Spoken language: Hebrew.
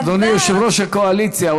אדוני יושב-ראש הקואליציה,